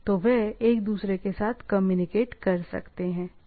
तो वे एक दूसरे के साथ कम्युनिकेट कर सकते हैं ठीक है